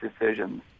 decisions